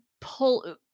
pull